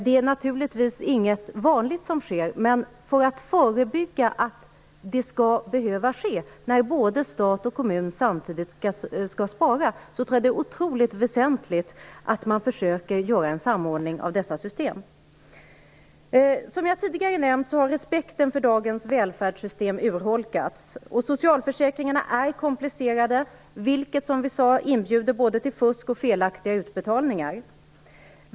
Det är naturligtvis inte vanligt, men för att förebygga att det sker när både stat och kommuner samtidigt skall spara, tror jag att det är otroligt väsentligt att man försöker göra en samordning av dessa system. Som jag tidigare har nämnt, har respekten för dagens välfärdssystem urholkats. Socialförsäkringarna är komplicerade, och det inbjuder både till fusk och till felaktiga utbetalningar.